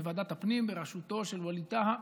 בוועדת הכנסת בראשותו של ווליד טאהא,